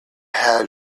had